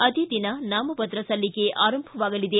ಅದೇ ದಿನ ನಾಮಪತ್ರ ಸಲ್ಲಿಕೆ ಆರಂಭವಾಗಲಿದೆ